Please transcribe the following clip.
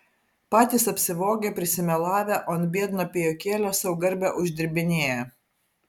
patys apsivogę prisimelavę o ant biedno pijokėlio sau garbę uždirbinėja